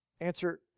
answer